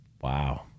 Wow